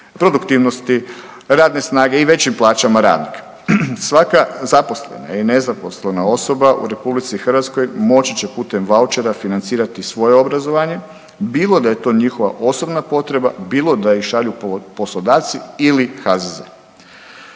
produktivnosti radne snage i većim plaćama radnika. Svaka zaposlena i nezaposlena osoba u RH moći će putem vaučera financirati svoje obrazovanje bilo da je to njihova osobna potreba, bilo da je ih šalju poslodavci ili HZZ.